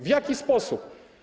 W jaki sposób?